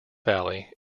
valley